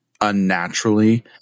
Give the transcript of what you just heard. unnaturally